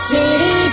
City